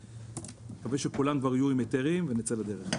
כולם כבר יהיו עם היתרים ונצא לדרך.